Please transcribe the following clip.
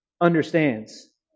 understands